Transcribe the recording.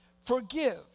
forgive